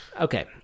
Okay